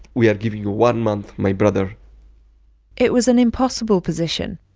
we are giving you one month, my brother it was an impossible position.